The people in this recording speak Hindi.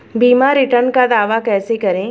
बीमा रिटर्न का दावा कैसे करें?